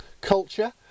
culture